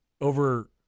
over